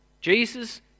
Jesus